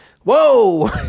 whoa